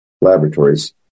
laboratories